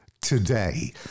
today